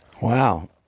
Wow